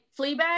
Fleabag